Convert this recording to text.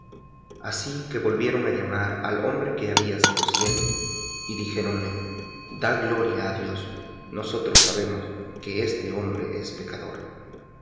así que volvieron á llamar al hombre que había sido ciego y dijéronle da gloria á dios nosotros sabemos que este hombre es pecador